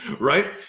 right